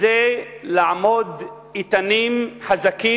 היתה לעמוד איתן, חזק,